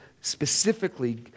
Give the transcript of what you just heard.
specifically